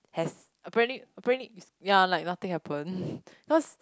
has apparently apparently is ya like nothing happen cause